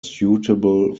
suitable